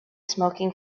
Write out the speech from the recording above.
smoking